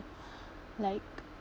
like